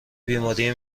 بیماری